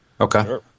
Okay